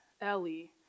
Ellie